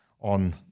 on